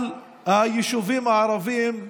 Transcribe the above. על היישובים הערביים,